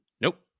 Nope